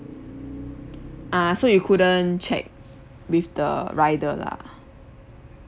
ah so you couldn't check with the rider lah